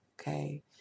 Okay